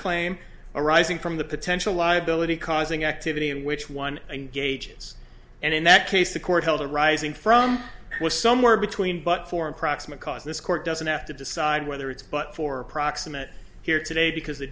claim arising from the potential liability causing activity in which one engages and in that case the court held arising from was somewhere between but for an proximate cause this court doesn't have to decide whether it's but for proximate here today because the